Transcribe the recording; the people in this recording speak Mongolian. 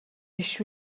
биш